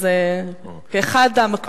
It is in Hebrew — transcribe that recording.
אז כאחד המקפידים אני מבקשת.